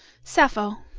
sappho